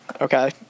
Okay